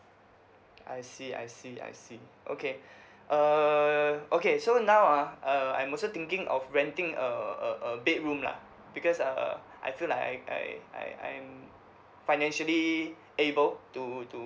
I see I see I see okay err okay so now ah uh I'm also thinking of renting a a a bedroom lah because err I feel like I I I I'm financially able to to